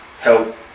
help